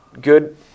good